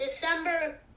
December